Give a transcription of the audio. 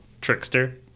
Trickster